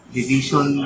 Division